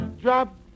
Drop